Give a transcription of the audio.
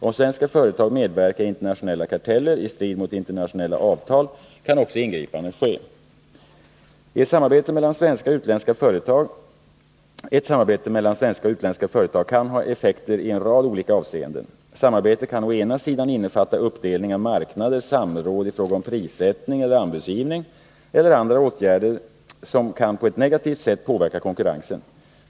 Om svenska företag medverkar i internationella karteller i strid mot internationella avtal kan också ingripande ske. Ett samarbete mellan svenska och utländska företag kan ha effekter i en rad olika avseenden. Samarbetet kan å ena sidan innefatta uppdelning av marknader, samråd i fråga om prissättning eller anbudsgivning eller andra åtgärder som kan på ett negativt sätt påverka konkurrensen.